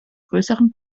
größeren